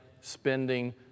spending